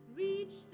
reach